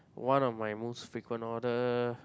one of my most frequent order